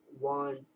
one